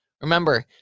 Remember